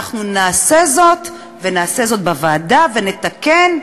אנחנו נעשה זאת, ונעשה זאת בוועדה ונתקן,